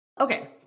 Okay